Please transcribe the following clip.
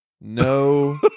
No